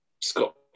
Scott